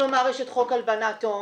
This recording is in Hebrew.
כלומר, יש את חוק הלבנת הון,